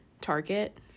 target